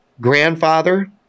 grandfather